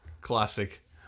Classic